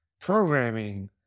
programming